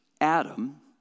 Adam